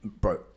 bro